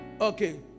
Okay